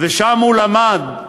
ושם הוא למד,